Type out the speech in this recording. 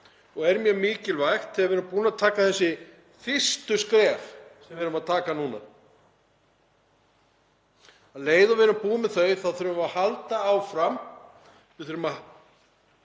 það er mjög mikilvægt þegar við erum búin að taka þessi fyrstu skref sem við erum að taka núna. Um leið og við erum búin með þau, þá þurfum við að halda áfram. Við þurfum að